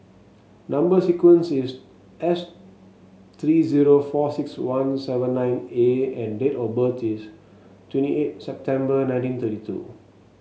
number sequence is S three zero four six one seven nine A and date of birth is twenty eight September nineteen thirty two